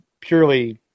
purely